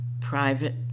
private